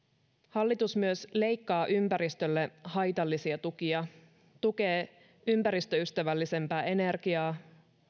hallitus myös leikkaa ympäristölle haitallisia tukia tukee ympäristöystävällisempää energiaa